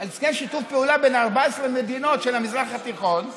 על הסכם שיתוף פעולה בין 14 מדינות של המזרח התיכון.